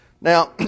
Now